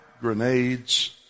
grenades